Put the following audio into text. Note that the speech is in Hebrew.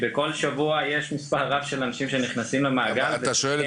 לפני שלוש שנים חלמנו על דבר כזה ונאמר לנו שזה לא יצליח,